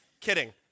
Kidding